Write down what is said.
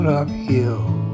uphill